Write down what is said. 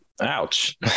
Ouch